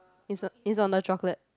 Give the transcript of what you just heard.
is on is on the chocolate